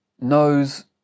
knows